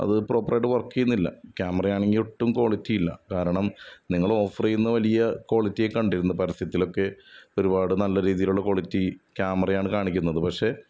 അത് പ്രോപ്പറായിട്ട് വർക്ക് ചെയ്യുന്നില്ല ക്യാമറയാണെങ്കിൽ ഒട്ടും ക്വാളിറ്റിയില്ല കാരണം നിങ്ങൾ ഓഫർ ചെയ്യുന്ന വലിയ ക്വാളിറ്റി കണ്ടിരുന്നു പരസ്യത്തിലൊക്കെ ഒരുപാട് നല്ല രീതിയിലുള്ള ക്വാളിറ്റി ക്യാമറയാണ് കാണിക്കുന്നത് പക്ഷേ